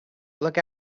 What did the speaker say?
look